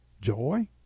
joy